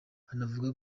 anavuga